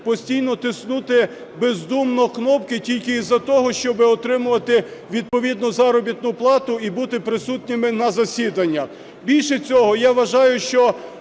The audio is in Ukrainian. постійно тиснути бездумно кнопки тільки із-за того, щоби отримувати відповідну заробітну плату і бути присутніми на засіданнях. Більше того, я вважаю, що